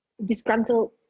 disgruntled